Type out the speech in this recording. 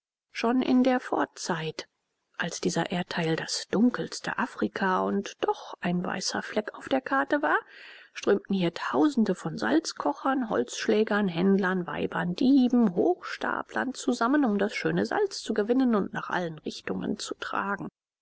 schon in der vorzeit als dieser erdteil das dunkelste afrika und doch ein weißer fleck auf der karte war strömten hier tausende von salzkochern holzschlägern händlern weibern dieben hochstaplern zusammen um das schöne salz zu gewinnen und nach allen richtungen zu tragen